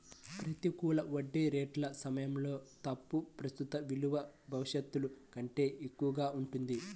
ప్రతికూల వడ్డీ రేట్ల సమయాల్లో తప్ప, ప్రస్తుత విలువ భవిష్యత్తు కంటే ఎక్కువగా ఉంటుంది